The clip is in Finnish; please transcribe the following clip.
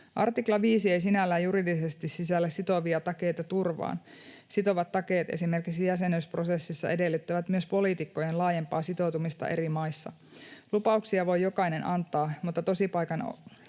Artikla 5 ei sinällään juridisesti sisällä sitovia takeita turvaan. Sitovat takeet esimerkiksi jäsenyysprosessissa edellyttävät myös poliitikkojen laajempaa sitoutumista eri maissa. Lupauksia voi jokainen antaa, mutta tosipaikan